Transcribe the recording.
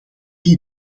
die